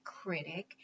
critic